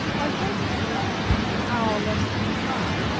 i thought it was an hour less than the time.